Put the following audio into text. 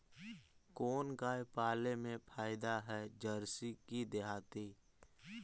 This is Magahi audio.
कोन गाय पाले मे फायदा है जरसी कि देहाती?